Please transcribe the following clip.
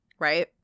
Right